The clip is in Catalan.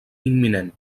imminent